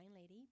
Lady